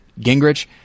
Gingrich